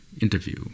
interview